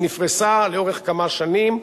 היא נפרסה לאורך כמה שנים,